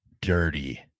dirty